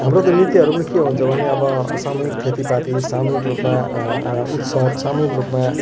हाम्रो त नृत्यहरू पनि के हुन्छ भने अब सामूहिक खेतीपाती सामूहिक रूपमा उत्सव सामूहिक रूपमा